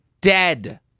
dead